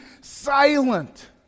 silent